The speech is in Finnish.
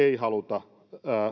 ei haluta